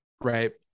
right